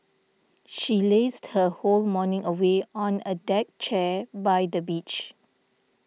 she lazed her whole morning away on a deck chair by the beach